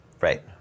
Right